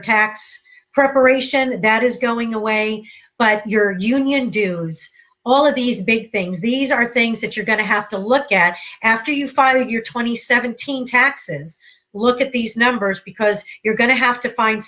tax preparation that is going away but your union dues all of these big things these are things that you're going to have to look at after you fire your twenty seventeen taxes look at these numbers because you're going to have to find